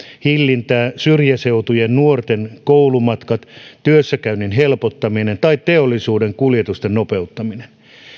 hillintä syrjäseutujen nuorten koulumatkat työssäkäynnin helpottaminen tai teollisuuden kuljetusten nopeuttaminen